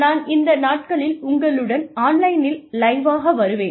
நான் இந்த நாட்களில் உங்களுடன் ஆன்லைனில் லைவ்வாக வருவேன்